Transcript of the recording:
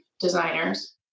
designers